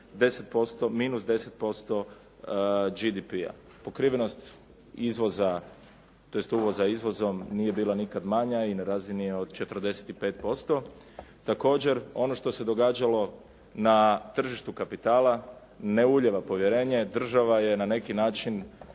dosegnula -10% GDP-a. Pokrivenost izvoza tj. uvoza izvozom nije bila nikad manja i na razini je od 45%. Također, ono što se događalo na tržištu kapitala ne ulijeva povjerenje. Država ja na neki način